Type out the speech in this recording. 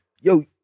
yo